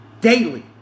daily